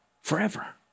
forever